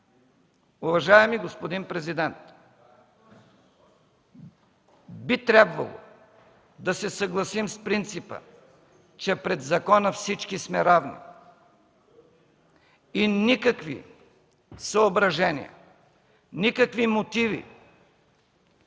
Уважаеми господин Президент, би трябвало да се съгласим с принципа, че пред закона всички сме равни и никакви съображения, никакви мотиви,